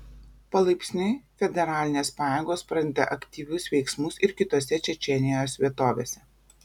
palaipsniui federalinės pajėgos pradeda aktyvius veiksmus ir kitose čečėnijos vietovėse